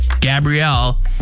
Gabrielle